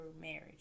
marriage